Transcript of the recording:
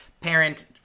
parent